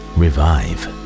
revive